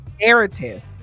narrative